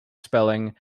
spelling